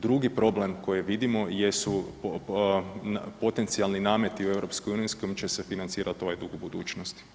Drugi problem koji vidimo jesu potencijalni nameti u EU s kojima će se financirati ovaj dug u budućnosti.